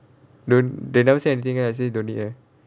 don't they never say anything leh actually don't need leh